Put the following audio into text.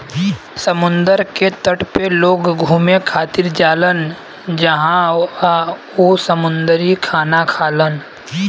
समुंदर के तट पे लोग घुमे खातिर जालान जहवाँ उ समुंदरी खाना खालन